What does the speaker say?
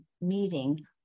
meeting